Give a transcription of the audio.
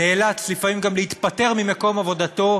נאלץ לפעמים גם להתפטר ממקום עבודתו,